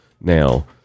Now